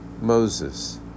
Moses